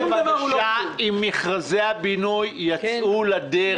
שאול, תבדוק, בבקשה, אם מכרזי הבינוי יצאו לדרך.